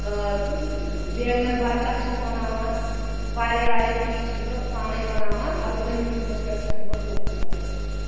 بینٛگَن بَرتا چھَس بَناوان واریاہ واریاہ چیٖز چھَس بہٕ پانَے بَناوان اَلبتہ یوٗٹیوٗبَس پؠٹھ چھَس نہٕ بہٕ پوسٹ کَران کینٛہہ